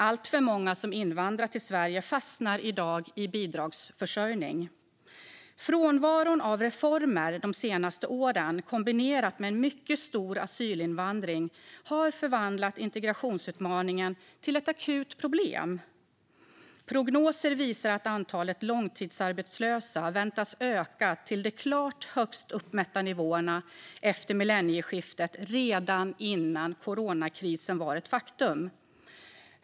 Alltför många som invandrar till Sverige fastnar i dag i bidragsförsörjning. Frånvaron av reformer de senaste åren, kombinerat med en mycket stor asylinvandring, har förvandlat integrationsutmaningen till ett akut problem. Prognoser visade att antalet långtidsarbetslösa skulle öka till de klart högst uppmätta nivåerna efter millennieskiftet redan innan coronakrisen var ett faktum.